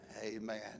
Amen